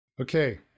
Okay